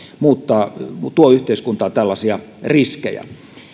tuo yhteiskuntaan tällaisia riskejä